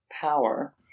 power